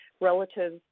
relative